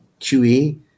QE